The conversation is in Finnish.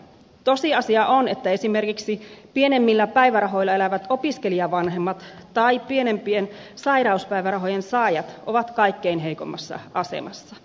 tosiasia on että esimerkiksi pienemmillä päivärahoilla elävät opiskelijavanhemmat tai pienempien sairauspäivärahojen saajat ovat kaikkein heikoimmassa asemassa